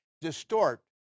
distort